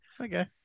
Okay